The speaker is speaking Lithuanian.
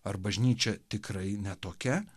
ar bažnyčia tikrai ne tokia